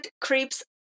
creeps